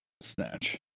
Snatch